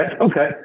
Okay